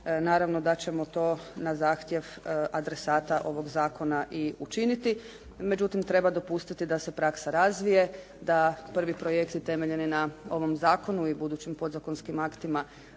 Naravno da ćemo to na zahtjev adresata ovog zakona i učiniti. Međutim treba dopustiti da se praksa razvije, da prvi projekti temeljeni na ovom zakonu i budućim podzakonskim aktima